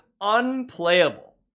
unplayable